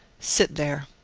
sit there.